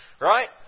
right